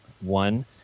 One